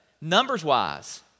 numbers-wise